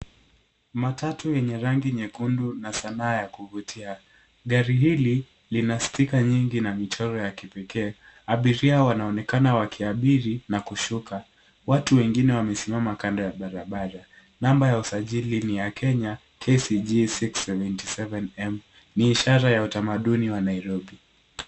Matatu yenye rangi nyekundu na sanaa ya kuvutia, gari hili lina sticker nyingi na michoro ya kipekee. Abiria wanaonekana wakiabiri na kushuka, watu wengine wamesimama kando ya barabara. Namba ya usajili ni ya Kenya, KCG 677M ni ishara ya utamaduni wa Nairobi.